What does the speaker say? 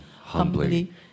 humbly